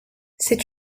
c’est